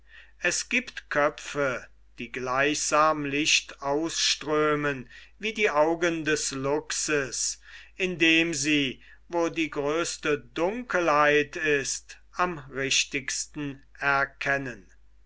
es giebt köpfe die gleichsam licht ausströhmen wie die augen des luchses indem sie wo die größte dunkelheit ist am richtigsten erkennen